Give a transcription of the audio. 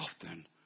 often